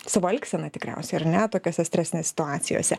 savo elgseną tikriausiai ar ne tokiose stresinės situacijose